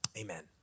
amen